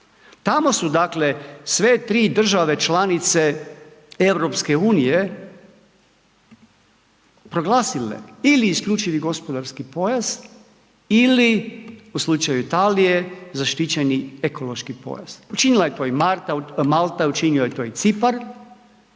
Tamo su dakle sve 3 države članice EU proglasile ili isključivi gospodarski pojas ili u slučaju Italije zaštićeni ekološki pojas. Učinila je to i Malta, učinio je to i Cipar